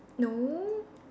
no